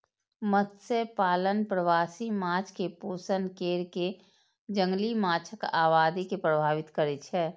मत्स्यपालन प्रवासी माछ कें पोषण कैर कें जंगली माछक आबादी के प्रभावित करै छै